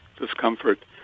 discomfort